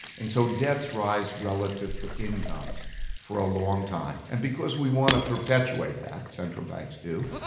and so debts rise relative to incomes for a long time. and because we want to perpetuate that, central banks do,